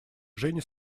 женя